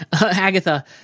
Agatha